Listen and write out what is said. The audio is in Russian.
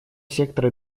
сектора